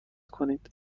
کنید